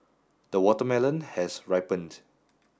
the watermelon has ripened